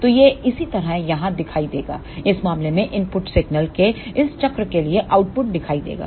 तो यह इसी तरह यहां दिखाई देगा इस मामले में इनपुट सिग्नल के इस चक्र के लिए आउटपुट दिखाई देगा